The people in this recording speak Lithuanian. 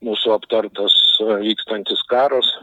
mūsų aptartas vykstantis karas